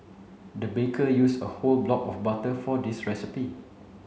the baker used a whole block of butter for this recipe